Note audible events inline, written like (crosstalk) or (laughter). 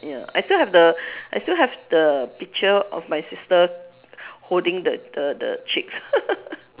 ya I still have the I still have the picture of my sister holding the the the chicks (laughs)